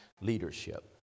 Leadership